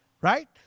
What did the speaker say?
Right